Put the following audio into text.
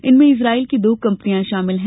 इनमें ईजराइल की दो कंपनियां शामिल है